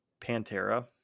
Pantera